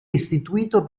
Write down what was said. istituito